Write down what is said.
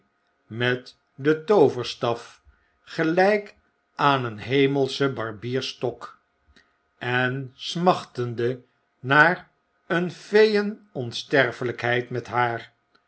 met den tooverstaf gelijk aan een hemelschen barbier's stok x en smachtende naar een peeen onsterfelpheid met haar